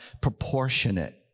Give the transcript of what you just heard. proportionate